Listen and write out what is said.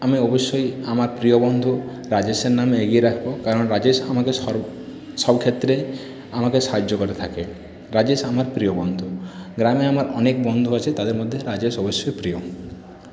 আমি অবশ্যই আমার প্রিয় বন্ধু রাজেশের নাম এগিয়ে রাখব কারণ রাজেশ আমাকে সর সব ক্ষেত্রে আমাকে সাহায্য করে থাকে রাজেশ আমার প্রিয় বন্ধু গ্রামে আমার অনেক বন্ধু আছে তাদের মধ্যে রাজেশ অবশ্যই প্রিয়